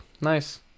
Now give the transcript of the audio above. nice